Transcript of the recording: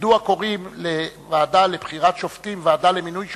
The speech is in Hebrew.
מדוע קוראים לוועדה לבחירת שופטים ועדה למינוי שופטים,